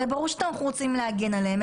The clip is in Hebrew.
הרי ברור שאנחנו רוצים להגן עליהם,